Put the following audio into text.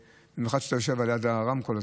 במיוחד כשאתה יושב ליד הרמקול.